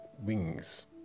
wings